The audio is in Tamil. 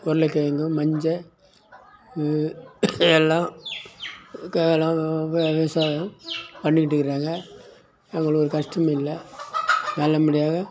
உருளைக்கிழங்கும் மஞ்ச எல்லாம் விவசாயம் பண்ணிக்கிட்டு இருக்காங்க அவங்களுக்கு ஒரு கஷ்டம் இல்லை நல்லபடியாக